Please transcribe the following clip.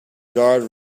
guard